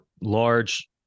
large